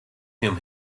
him